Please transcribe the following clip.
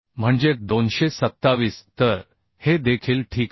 म्हणजे 227 तर हे देखील ठीक आहे